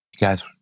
guys